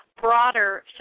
broader